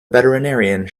veterinarian